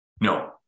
No